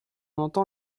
entend